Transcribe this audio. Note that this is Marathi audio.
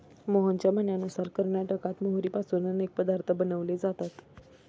मोहनच्या म्हणण्यानुसार कर्नाटकात मोहरीपासून अनेक पदार्थ बनवले जातात